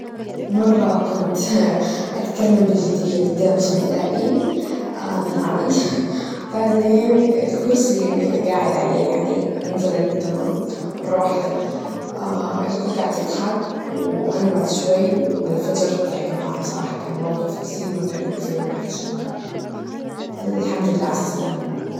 مرة كنت أتكلم بجدية قدام زملائي بالعمل بعدين الكرسي ياللي أنا جاعد عليه يعني إنزلق, تمام؟ مرة واحدة, الكل جعد يضحك وأنا بعد شوي وانفجرت ضحك معاهم بصراحة كان موقف كتير مضحك, وكتير محرج كمان, الحمد لله عالسلامة.